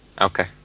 Okay